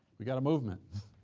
we got a movement.